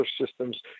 systems